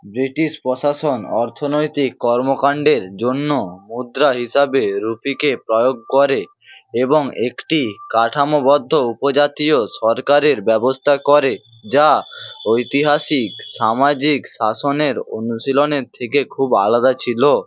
British প্রশাসন অর্থনৈতিক কর্মকান্ডের জন্য মুদ্রা হিসাবে রুপিকে প্রয়োগ করে এবং একটি কাঠামোবদ্ধ উপজাতীয় সরকারের ব্যবস্থা করে যা ঐতিহাসিক সামাজিক শাসনের অনুশীলনের থেকে খুব আলাদা ছিলো